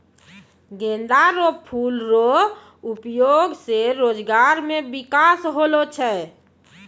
गेंदा रो फूल रो उपयोग से रोजगार मे बिकास होलो छै